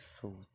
food